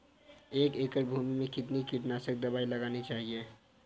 एक एकड़ भूमि में कितनी कीटनाशक दबाई लगानी चाहिए?